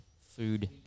Food